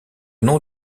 nom